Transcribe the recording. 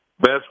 Best